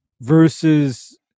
versus